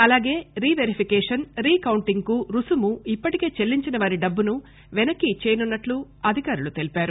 అలాగే reverification రీ కౌంటింగ్కు రుసుము ఇప్పటికే చెల్లించిన వారి డబ్బును పెనక్కి ఇచ్చేయనున్నట్లు అధికారులు తెలిపారు